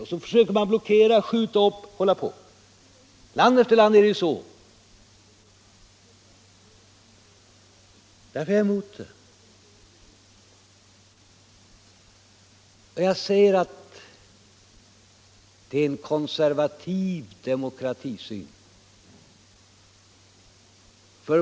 Och så försöker man blockera och skjuta upp frågor. I land efter land är det så. Därför = Frioch rättigheter i är jag emot införandet av en sådan regel här. Och jag säger att det är — grundlag konservativ demokratisyn.